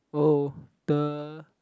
oh the